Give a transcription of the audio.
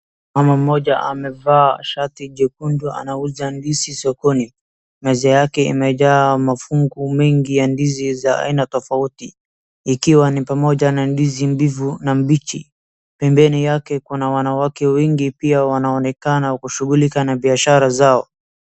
Mama moja amevaa shati jekundu anauza ndizi sokoni. Meza yake imejaa mafungu mengi ya ndizi za aina tofauti ikiwa ni pamoja na ndizi mbivu na mbichi. Pembeni yake kuna wanawake wengi pia wanaonekana wako shughulika na biashara zao